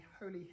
holy